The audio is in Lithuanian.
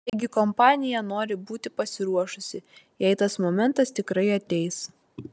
taigi kompanija nori būti pasiruošusi jei tas momentas tikrai ateis